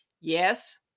Yes